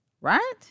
right